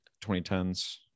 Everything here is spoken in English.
2010s